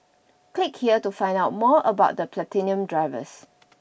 click here to find out more about the Platinum drivers